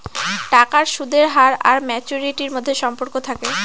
টাকার সুদের হার আর ম্যাচুরিটির মধ্যে সম্পর্ক থাকে